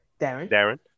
Darren